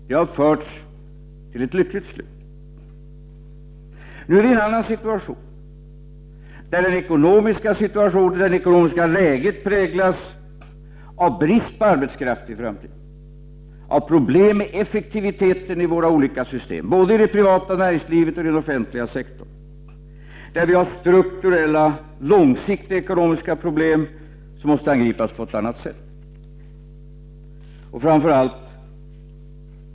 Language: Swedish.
Det har förts till ett lyckligt slut. Nu är vi i en annan situation. Det ekonomiska läget präglas av brist på arbetskraft för framtiden och problem med effektiviteten i våra olika system, både i det privata näringslivet och i den offentliga sektorn, där vi har strukturella långsiktiga ekonomiska problem, som måste angripas på ett annat sätt.